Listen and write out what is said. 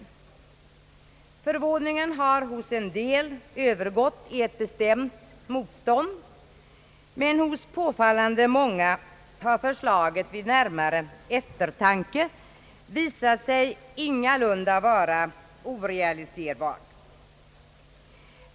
Förvåningen har hos en del övergått i ett bestämt motstånd, men hos påfallande många har förslaget vid närmare eftertanke visat sig ingalunda vara orealistiskt.